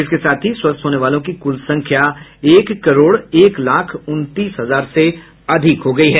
इसके साथ ही स्वस्थ होने वालों की कुल संख्या एक करोड़ एक लाख उनतीस हजार से अधिक हो गई है